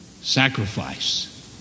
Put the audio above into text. Sacrifice